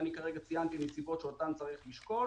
אנחנו מבקשים